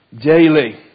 daily